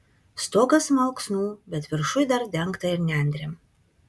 stogas malksnų bet viršuj dar dengta ir nendrėm